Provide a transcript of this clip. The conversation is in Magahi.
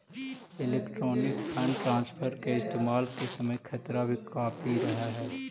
इलेक्ट्रॉनिक फंड ट्रांसफर के इस्तेमाल के समय खतरा भी काफी रहअ हई